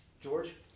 George